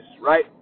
right